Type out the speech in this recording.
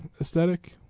aesthetic